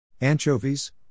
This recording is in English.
Anchovies